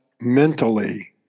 mentally